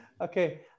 okay